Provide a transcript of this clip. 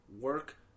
work